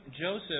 Joseph